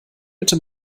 bitte